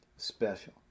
special